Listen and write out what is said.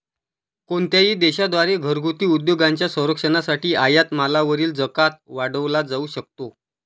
कोणत्याही देशा द्वारे घरगुती उद्योगांच्या संरक्षणासाठी आयात मालावरील जकात वाढवला जाऊ शकतो